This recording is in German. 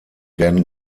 werden